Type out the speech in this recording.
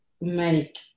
make